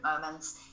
moments